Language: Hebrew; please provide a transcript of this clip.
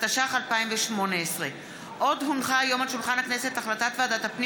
התשע"ח 2018. עוד הונחה היום על שולחן הכנסת החלטת ועדת הפנים